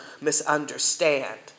misunderstand